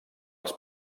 els